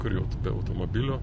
kur jau be automobilio